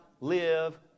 live